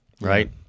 Right